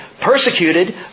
Persecuted